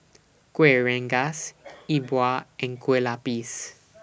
Kuih Rengas Yi Bua and Kueh Lapis